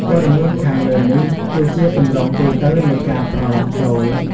ព័ត៌មានខាងលើនេះគឺជាទម្រង់ទូទៅនៃការប្រឡងចូល។